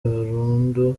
burundu